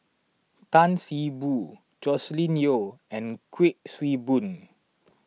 Tan See Boo Joscelin Yeo and Kuik Swee Boon